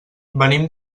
venim